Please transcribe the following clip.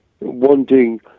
wanting